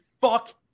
fuck